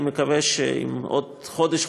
אני מקווה שאם עוד חודש,